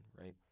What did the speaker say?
right